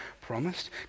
promised